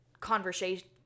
conversation